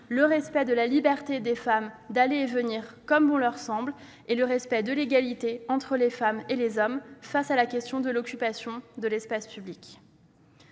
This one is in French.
française, la liberté des femmes d'aller et venir comme bon leur semble et l'égalité entre les femmes et les hommes face à la question de l'occupation de l'espace public.